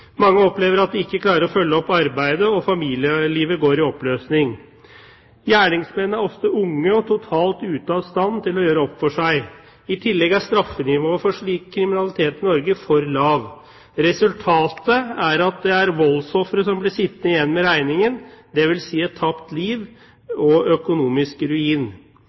Mange opplever at de ikke klarer å følge opp arbeidet, og familielivet går i oppløsning. Gjerningsmennene er ofte unge og totalt ute av stand til å gjøre opp for seg. I tillegg er straffenivået for slik kriminalitet i Norge for lavt. Resultatet er at det er voldsofferet som blir sittende igjen med regningen, dvs. et tapt liv og økonomisk ruin.